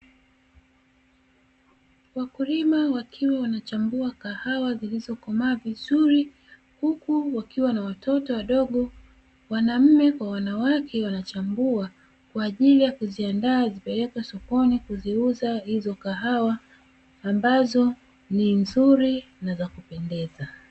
Wakulima wakiwa wanachambua kahawa zilizokomaa vizuri, huku wakiwa na watoto wadogo. Wanaume kwa wanawake wanachambua, kwa ajili ya kuziandaa zipelekwe sokoni kuziuza hizo kahawa ambazo ni nzuri na za kupendeza.